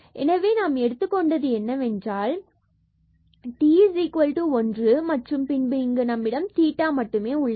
எனவே நாம் எடுத்துக் கொண்டது என்னவென்றால் t1 மற்றும் பின்பு இங்கு நம்மிடம் தீட்டா மட்டுமே உள்ளது